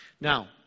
Now